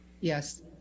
yes